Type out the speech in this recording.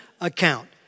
account